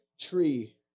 tree